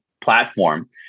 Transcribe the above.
platform